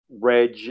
reg